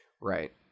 Right